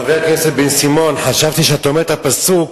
חבר הכנסת בן-סימון, חשבתי שאתה אומר את הפסוק